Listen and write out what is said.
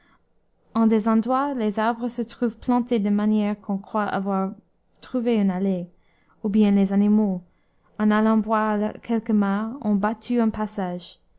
en des endroits les arbres se trouvent plantés de manière qu'on croit avoir trouvé une allée ou bien les animaux en allant boire à quelque mare ont battu un passage